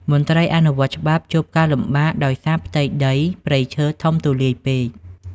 មន្ត្រីអនុវត្តច្បាប់ជួបការលំបាកដោយសារផ្ទៃដីព្រៃឈើធំទូលាយពេក។